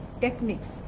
techniques